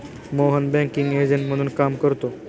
Mohan banking agent म्हणून काम करतो